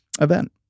event